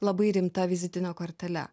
labai rimta vizitine kortele